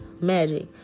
Magic